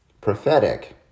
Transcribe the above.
prophetic